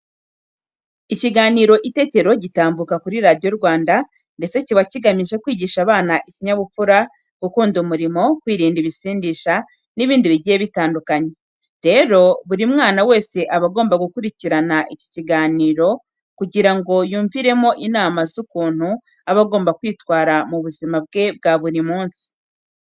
Ikiganiro Itetero gitambuka kuri Radiyo Rwanda ndetse kiba kigamije kwigisha abana ikinyabupfura, gukunda umurimo, kwirinda ibisindisha n'ibindi bigiye bitandukanye. Rero, buri mwana wese aba agomba gukurikirana iki kiganiro kugira ngo yumviremo inama z'ukuntu aba agomba kwitwara mu buzima bwe bwa buri munsi.